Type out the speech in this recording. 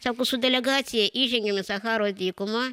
sako su delegacija įžengėm į sacharos dykumą